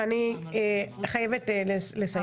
אני חייבת לסיים.